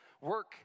Work